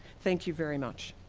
thank you very much.